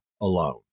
alone